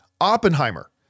Oppenheimer